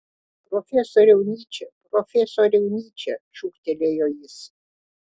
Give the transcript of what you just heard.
profesoriau nyče profesoriau nyče šūktelėjo jis